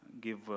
Give